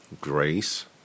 grace